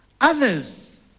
Others